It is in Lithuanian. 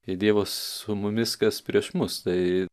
jei dievas su mumis kas prieš mus tai